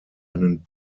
einen